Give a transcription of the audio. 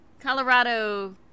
Colorado